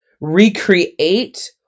recreate